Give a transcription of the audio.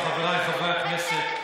כבוד השר, חבריי חברי הכנסת.